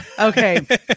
Okay